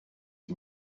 qui